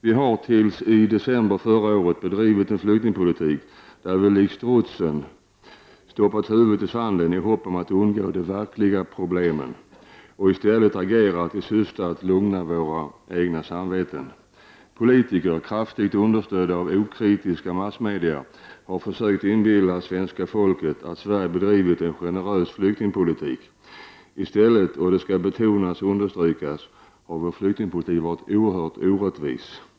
Vi har, till i december förra året, bedrivit en flyktingpolitik där vi likt strutsen har stoppat huvudet i sanden i hopp om att undgå de verkliga problemen och i stället agerat i syfte att lugna våra egna samveten. Politiker, kraftigt understödda av okritiska massmedia, har försökt inbilla svenska folket att Sverige bedrivit en generös flyktingpolitik. I stället — det skall betonas och understrykas — har vår flyktingpolitik varit oerhört orättvis.